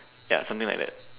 ya something like that